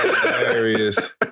hilarious